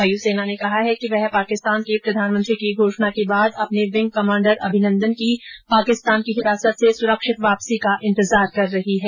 वाय सेना ने कहा है कि वह पाकिस्तान के प्रधानमंत्री की घोषणा के बाद अपने विंग कमाण्डर अभिनन्दन की पाकिस्तान की हिरासत से सुरक्षित वापसी का इंतजार कर रही है